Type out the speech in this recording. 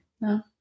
No